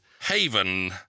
haven